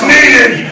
Needed